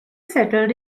settled